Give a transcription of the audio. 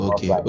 Okay